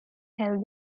held